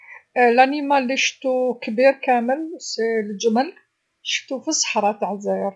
الحيوان لشفتو كبير كامل الجمل، شفتو في الصحرا تع دزاير.